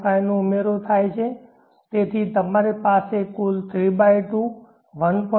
5 નો ઉમેરો થાય છે તેથી તમારી પાસે કુલ 32 1